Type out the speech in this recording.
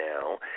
now